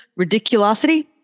ridiculosity